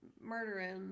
murdering